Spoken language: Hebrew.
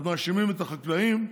אז מאשימים את החקלאים,